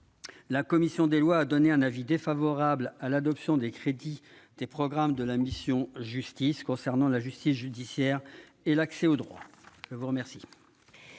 La commission des lois a donné un avis défavorable à l'adoption des crédits, des programmes de la mission Justice concernant la justice judiciaire et l'accès au droit, je vous remercie.